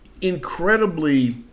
incredibly